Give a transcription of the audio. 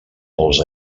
dels